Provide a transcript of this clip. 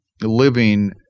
living